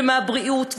ומהבריאות,